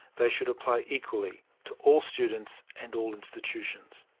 they should apply equally to all students and all institutions.